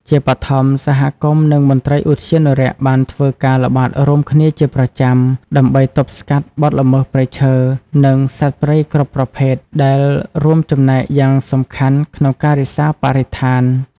ជាបឋម សហគមន៍ និងមន្ត្រីឧទ្យានុរក្សបានធ្វើការល្បាតរួមគ្នាជាប្រចាំ ដើម្បីទប់ស្កាត់បទល្មើសព្រៃឈើ និងសត្វព្រៃគ្រប់ប្រភេទ ដែលរួមចំណែកយ៉ាងសំខាន់ក្នុងការរក្សាបរិស្ថាន។